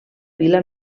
vila